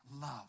love